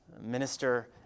minister